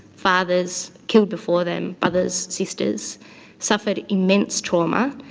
fathers, killed before them, brothers, sisters, suffered immense trauma,